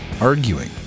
arguing